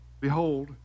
Behold